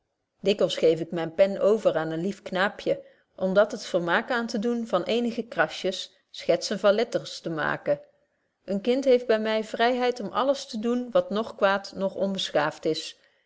dikwyls geef ik myne pen over aan een lief knaapje om dat het vermaak aan te doen van eenige krasjes schetzen van letters te maken een kind heeft by my vryheid om alles te doen wat noch kwaad noch onbeschaaft is